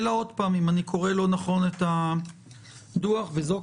אלא אם אני קורא לא נכון את הדוח שזו,